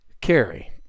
carry